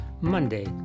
Monday